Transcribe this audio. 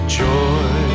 joy